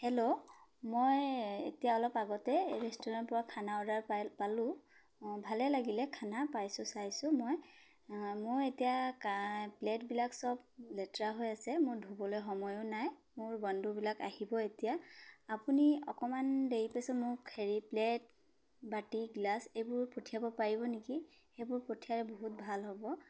hello মই এতিয়া অলপ আগতে ৰেষ্টুৰেণ্টৰপৰা খানা অৰ্ডাৰ পাই পালোঁ অঁ ভালে লাগিলে খানা পাইছোঁ চাইছোঁ মই মোৰ এতিয়া প্লেটবিলাক চব লেতেৰা হৈ আছে মোৰ ধুবলৈ সময়ো নাই মোৰ বন্ধুবিলাক আহিব এতিয়া আপুনি অকমান দেৰি পাছত মোক হেৰি প্লেট বাাটি গিলাছ এইবোৰ পঠিয়াব পাৰিব নেকি সেইবোৰ পঠিয়ালে বহুত ভাল হ'ব